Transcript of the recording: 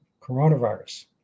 coronavirus